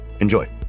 Enjoy